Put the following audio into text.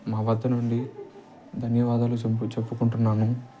మా వద్ద నుండి ధన్యవాదాలు చె చెప్పుకుంటున్నాను